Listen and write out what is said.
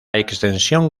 extensión